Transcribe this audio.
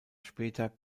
später